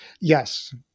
Yes